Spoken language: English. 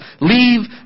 Leave